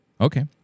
Okay